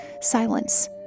silence